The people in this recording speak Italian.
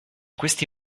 questi